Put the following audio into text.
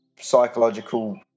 psychological